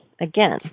again